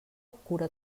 cura